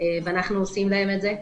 ואנחנו עושים זאת עבורן.